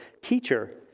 Teacher